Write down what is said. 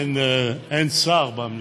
אין שר במליאה,